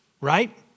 right